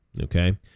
Okay